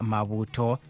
Mabuto